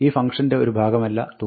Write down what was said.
ഈ ഫംങ്ക്ഷന്റെ ഒരു ഭാഗമല്ല തുക